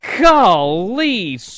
golly